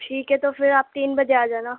ٹھیک ہے تو پھر آپ تین بجے آ جانا